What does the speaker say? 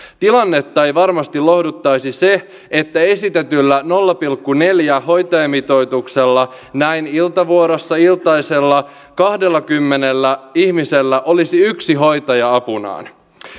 tilannetta ei varmasti lohduttaisi se että esitetyllä nolla pilkku neljä hoitajamitoituksella näin iltavuorossa iltasella kahdellakymmenellä ihmisellä olisi yksi hoitaja apunaan